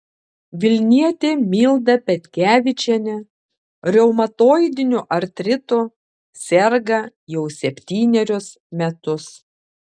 vilnietė milda petkevičienė reumatoidiniu artritu serga jau septynerius metus